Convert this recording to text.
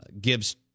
gives